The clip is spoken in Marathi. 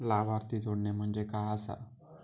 लाभार्थी जोडणे म्हणजे काय आसा?